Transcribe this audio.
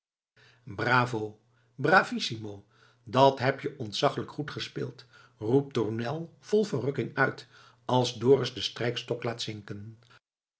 bravo bravissimo dat heb je ontzaglijk goed gespeeld roept tournel vol verrukking uit als dorus den strijkstok laat zinken